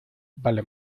vale